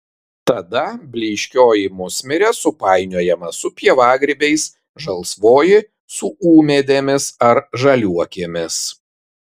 tada blyškioji musmirė supainiojama su pievagrybiais žalsvoji su ūmėdėmis ar žaliuokėmis